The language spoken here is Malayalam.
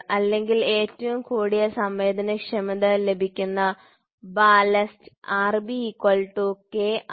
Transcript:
അല്ലെങ്കിൽ ഏറ്റവും കൂടിയ സംവേദനക്ഷമത ലഭിക്കുന്ന ബാലസ്റ്റ് Rb kRt ശരി